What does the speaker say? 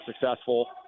successful